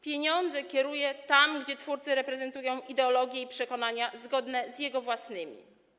Pieniądze kieruje tam, gdzie twórcy reprezentują ideologie i przekonania zgodne z jego własnymi.